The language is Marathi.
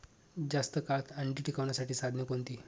जास्त काळ अंडी टिकवण्यासाठी साधने कोणती?